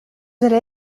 allez